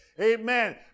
Amen